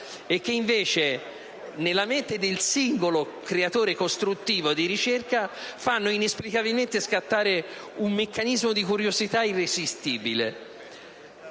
e che invece nella mente del singolo creatore costruttivo di ricerca fanno inesplicabilmente scattare un meccanismo di curiosità irresistibile.